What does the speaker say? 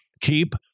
Keep